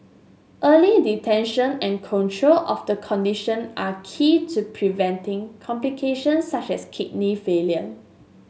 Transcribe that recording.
early detection and control of the condition are key to preventing complications such as kidney failure